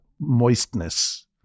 moistness